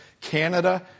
Canada